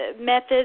methods